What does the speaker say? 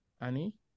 Annie